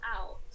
out